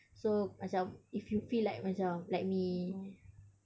so macam if you like macam like me